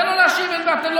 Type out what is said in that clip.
תן לו להשיב, אין בעיה.